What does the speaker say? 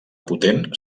potent